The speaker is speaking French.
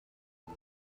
ils